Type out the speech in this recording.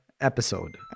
episode